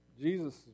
Jesus